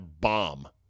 bomb